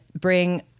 bring